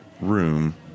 room